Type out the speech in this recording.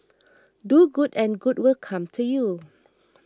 do good and good will come to you